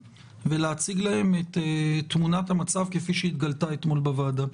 ולהציג להם את תמונת המצב כפי שהתגלתה אתמול בוועדה.